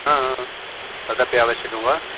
हा तदपि आवश्यकं वा